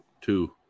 two